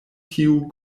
tiu